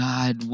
God